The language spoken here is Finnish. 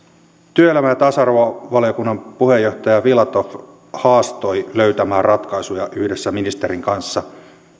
työelämä ja tasa arvovaliokunnan puheenjohtaja filatov haastoi löytämään ratkaisuja yhdessä ministerin kanssa